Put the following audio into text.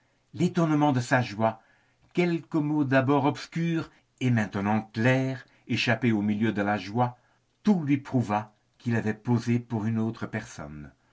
l'étonnement de sa joie quelques mots d'abord obscurs et maintenant clairs échappés au milieu de la joie tout lui prouva qu'il avait posé pour une autre personne